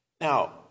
Now